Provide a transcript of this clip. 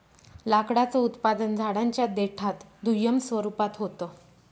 लाकडाचं उत्पादन झाडांच्या देठात दुय्यम स्वरूपात होत